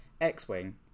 X-Wing